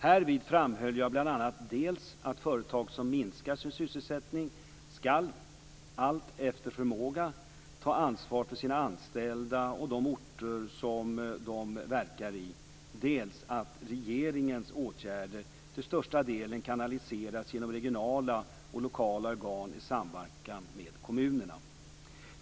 Härvid framhöll jag bl.a. dels att företag som minskar sin sysselsättning allt efter förmåga skall ta ansvar för sina anställda och de orter som de verkar i, dels att regeringens åtgärder till största delen kanaliseras genom regionala och lokala organ i samverkan med kommunerna.